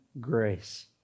grace